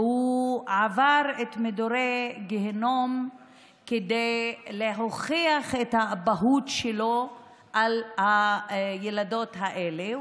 והוא עבר מדורי גיהינום כדי להוכיח את האבהות שלו לילדות האלה.